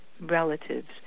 relatives